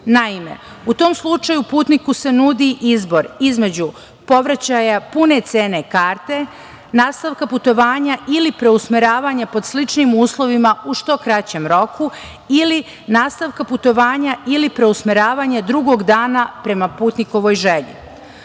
u tom slučaju putniku se nudi izbor između povraćaja pune cene karte, nastavka putovanja ili preusmeravanje pod sličnim uslovima, u što kraćem roku ili nastavka putovanja ili preusmeravanja drugog dana prema putnikovoj želji. Član